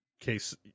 case